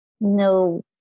no